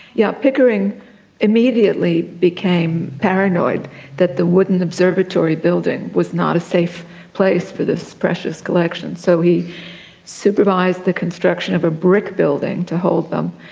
yeah pickering immediately became paranoid that the wooden observatory building was not a safe place for this precious collection, so he supervised the construction of a brick building to hold them,